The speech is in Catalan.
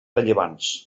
rellevants